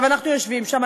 אנחנו יושבים שם,